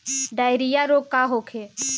Diarrhoea रोग का होखे?